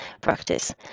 practice